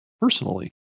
personally